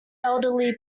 elderly